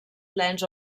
plens